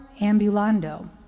ambulando